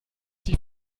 die